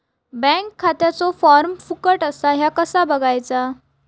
Bank खात्याचो form फुकट असा ह्या कसा बगायचा?